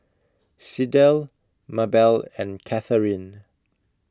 Sydell Mabell and Katheryn